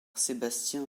sébastien